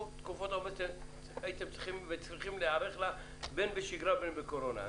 לתקופת העומס הייתם צריכים להיערך בין בשגרה ובין בקורונה.